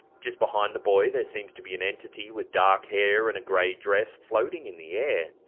just behind the boy, there seems to be an entity with dark hair and a gray dress floating in the air.